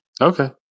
Okay